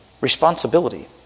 Responsibility